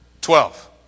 Twelve